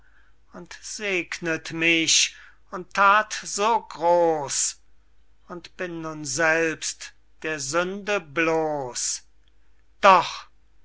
und segnet mich und that so groß und bin nun selbst der sünde bloß doch